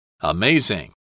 Amazing